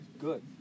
Good